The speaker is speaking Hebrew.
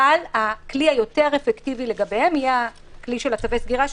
אבל הכלי האפקטיבי יותר לגביהם יהיה הכלי של צווי סגירה,